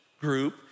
group